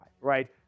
right